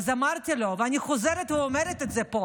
אז אמרתי לו, ואני חוזרת ואומרת את זה פה